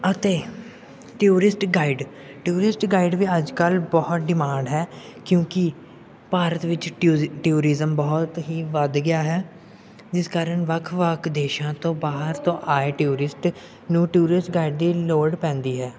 ਅਤੇ tourist guide tourist guide ਵੀ ਅੱਜ ਕੱਲ੍ਹ ਬਹੁਤ ਡਿਮਾਂਡ ਹੈ ਕਿਉਂਕਿ ਭਾਰਤ ਵਿੱਚ ਟਿਊਜ ਟਿਊਰੀਜਮ ਬਹੁਤ ਹੀ ਵੱਧ ਗਿਆ ਹੈ ਇਸ ਕਾਰਨ ਵੱਖ ਵੱਖ ਦੇਸ਼ਾਂ ਤੋਂ ਬਾਹਰ ਤੋਂ ਆਏ ਟੂਰਿਸਟ ਨੂੰ ਟੂਰਿਸਟ ਗਾਈਡ ਦੀ ਲੋੜ ਪੈਂਦੀ ਹੈ